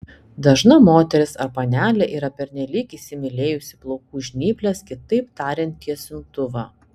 dažna moteris ar panelė yra pernelyg įsimylėjusi plaukų žnyples kitaip tariant tiesintuvą